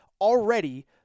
already